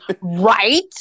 right